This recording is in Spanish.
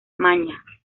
maña